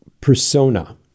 persona